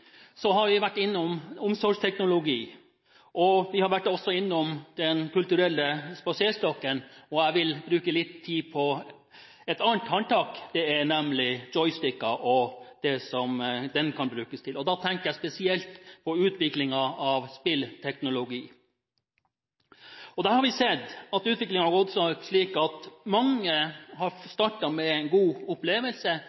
har vi vært innom omsorgsteknologi, og vi har også vært innom Den kulturelle spaserstokken. Jeg vil bruke tid på et annet «håndtak», nemlig på joysticker, og det som de kan brukes til. Da tenker jeg spesielt på utviklingen av spillteknologi. Der har utviklingen gått slik at mange har startet med en god opplevelse, og så har